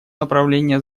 направление